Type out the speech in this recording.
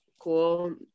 Cool